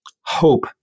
hope